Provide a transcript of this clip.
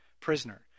prisoner